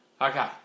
Okay